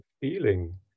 feeling